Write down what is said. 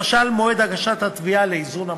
למשל מועד הגשת התביעה לאיזון משאבים.